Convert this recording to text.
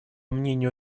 мнению